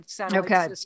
Okay